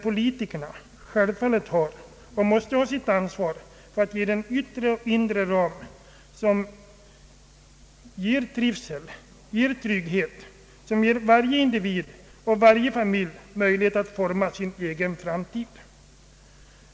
Politikerna måste självfallet känna sitt ansvar inför dessa problem och försöka ge den yttre och inre ram som skapar trivsel och trygghet för människorna och som ger varje individ och varje familj möjlighet att forma sin egen framtid.